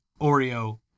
Oreo